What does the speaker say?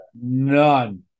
None